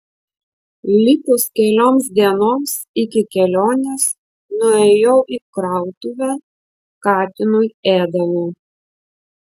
likus kelioms dienoms iki kelionės nuėjau į krautuvę katinui ėdalo